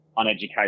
Uneducated